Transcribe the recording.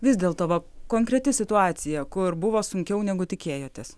vis dėlto va konkreti situacija kur buvo sunkiau negu tikėjotės